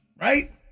right